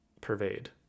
pervade